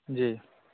जी